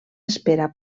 espera